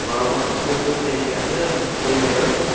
हां महाराज फोन शोन बेचदे अस कोई लैना तुसें